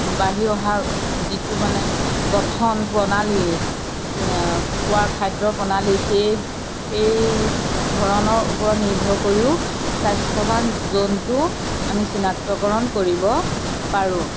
বাঢ়ি অহা যিটো মানে গঠন প্ৰণালী খোৱা খাদ্যৰ প্ৰণালী সেই সেইধৰণৰ ওপৰত নিৰ্ভৰ কৰিয়ো স্বাস্থ্যৱান জন্তু আমি চিনাক্তকৰণ কৰিব পাৰোঁ